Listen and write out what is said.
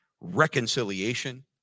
reconciliation